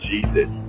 Jesus